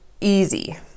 easy